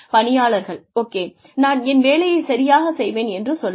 பணியாளர்கள் ஓகே நான் என் வேலையைச் சரியாகச் செய்வேன் என்று சொல்லலாம்